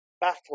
Battle